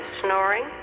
snoring